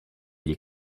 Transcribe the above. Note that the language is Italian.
gli